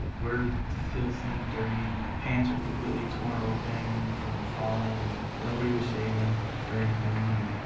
we're filthy, dirty, pants are completely torn open from falling, and nobody was shaven or anything, and